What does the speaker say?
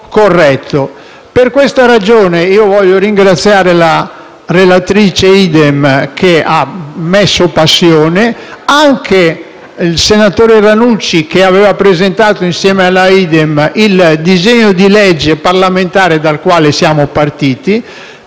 Per questa ragione voglio ringraziare la relatrice Idem, che ha messo passione, e il senatore Ranucci, che aveva presentato insieme alla senatrice Puglisi, il disegno di legge parlamentare dal quale siamo partiti.